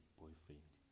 boyfriend